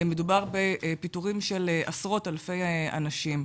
מדובר בפיטורים של עשרות אלפי אנשים.